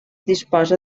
disposa